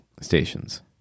stations